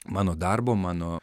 mano darbo mano